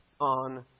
on